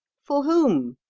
for whom?